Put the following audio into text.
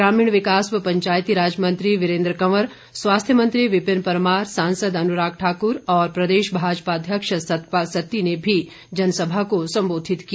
ग्रामीण विकास व पंचायतीराज मंत्री वीरेन्द्र कंवर स्वास्थ्य मंत्री विपिन परमार सांसद अनुराग ठाकुर और प्रदेश भाजपा अध्यक्ष सतपाल सत्ती ने भी जनसभा को संबोधित किया